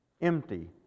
empty